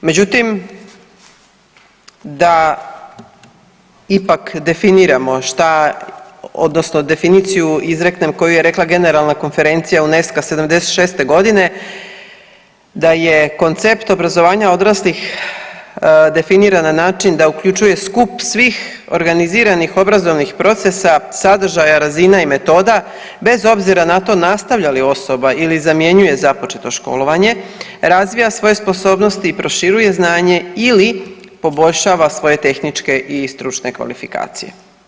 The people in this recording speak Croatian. Međutim, da ipak definiramo šta odnosno definiciju izreknem koju je rekla generalna konferencija UNESCO-a '76.g. da je koncept obrazovanja odraslih definiran na način da uključuje skup svih organiziranih obrazovnih procesa, sadržaja, razina i metoda bez obzira na to nastavlja li osoba ili zamjenjuje započeto školovanje, razvija svoje sposobnosti i proširuje znanje ili poboljšava svoje tehničke i stručne kvalifikacije.